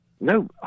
No